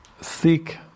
seek